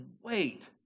wait